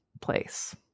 place